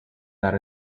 that